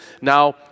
now